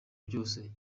byose